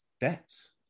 bets